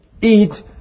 eat